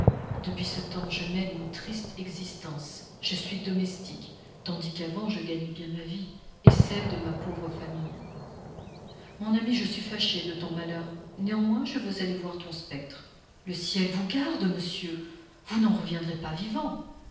depuis ce tems je mène une triste existence je suis domestique tandis qu'avant je gagnais bien ma vie et celle de ma pauvre famille mon ami je suis fâché de ton malheur néanmoins je veux aller voir ton spectre le ciel vous en garde monsieur vous n'en reviendrez pas vivant